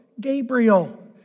Gabriel